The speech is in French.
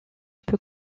peut